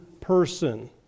person